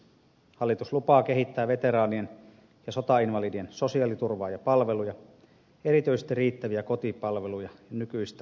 hallitus lupaa kehittää veteraanien ja sotainvalidien sosiaaliturvaa ja palveluja erityisesti riittäviä kotipalveluja ja nykyistä yksilöllisempää kuntoutusta